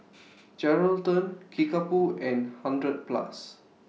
Geraldton Kickapoo and hundred Plus